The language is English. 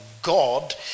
God